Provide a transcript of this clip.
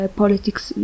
politics